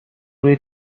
روی